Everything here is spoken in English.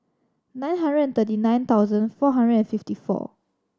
nine hundred thirty nine thousand four hundred and fifty four